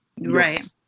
Right